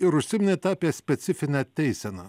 ir užsiminėt apie specifinę teiseną